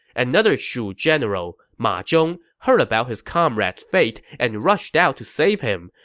another shu general, ma zhong, heard about his comrade's fate and rushed out to save him.